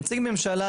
נציג ממשלה,